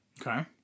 Okay